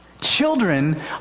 Children